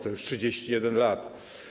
To już 31 lat.